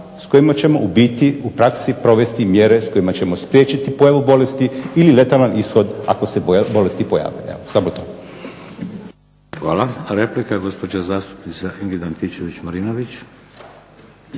s kojim ćemo u biti u praksi provesti mjere s kojima ćemo spriječiti pojavu bolesti ili letalan ishod ako se bolest i pojavi. Evo, samo to. **Šeks, Vladimir (HDZ)** Hvala. Replika, gospođa zastupnica Ingrid Antičević-Marinović.